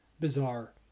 bizarre